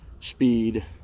speed